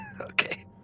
Okay